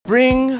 Bring